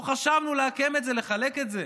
לא חשבנו לעקם את זה, לחלק את זה.